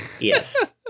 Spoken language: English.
Yes